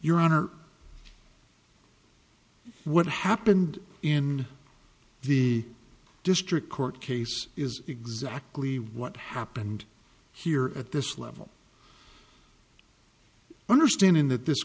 your honor what happened in the district court case is exactly what happened here at this level understanding that this